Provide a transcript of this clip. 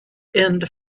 end